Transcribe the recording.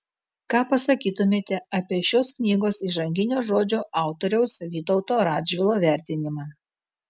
ką pasakytumėte apie šios knygos įžanginio žodžio autoriaus vytauto radžvilo vertinimą